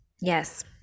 yes